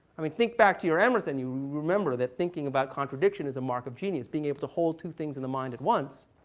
i mean, think back to your emerson. you remember that thinking about contradiction is a mark of genius. being able to hold two things in the mind at once